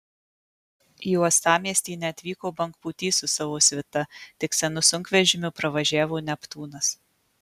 į uostamiestį neatvyko bangpūtys su savo svita tik senu sunkvežimiu pravažiavo neptūnas